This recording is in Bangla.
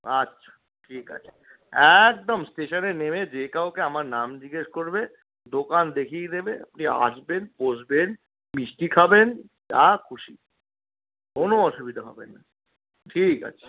আচ্ছা ঠিক আছে একদম স্টেশনে নেমে যে কাউকে আমার নাম জিজ্ঞেস করবে দোকান দেখিয়ে দেবে আপনি আসবেন বসবেন মিষ্টি খাবেন যা খুশি কোনো আসুবিধা হবে না ঠিক আছে